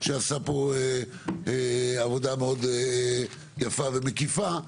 שעשה פה עבודה מאוד יפה ומקיפה.